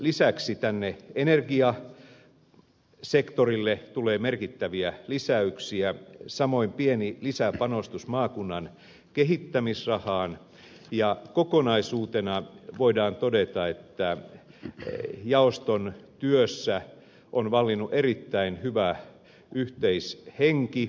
lisäksi tänne energiasektorille tulee merkittäviä lisäyksiä samoin pieni lisäpanostus maakunnan kehittämisrahaan ja kokonaisuutena voidaan todeta että jaoston työssä on vallinnut erittäin hyvä yhteishenki